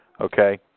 Okay